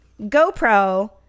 GoPro